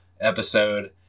episode